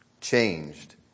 changed